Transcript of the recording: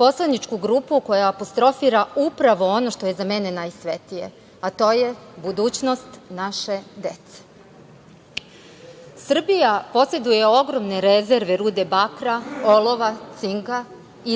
poslaničku grupu koja apostrofira upravo ono što je za mene najsvetije, a to je budućnost naše dece. Srbija poseduje ogromne rezerve rude bakra, olova, cinka,